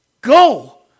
go